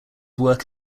work